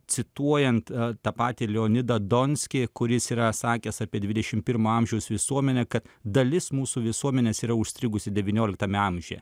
cituojant tą patį leonidą donskį kuris yra sakęs apie dvidešim pirmo amžiaus visuomenę kad dalis mūsų visuomenės yra užstrigusi devynioliktame amžiuje